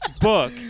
Book